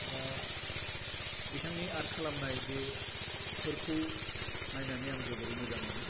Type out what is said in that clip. दा बिथांनि आर्ट खालामनाय बे फोरखौ नायनानै आं जोबोरै मोजां मोनो